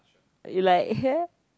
you like her